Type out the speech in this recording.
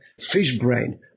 Fishbrain